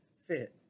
fit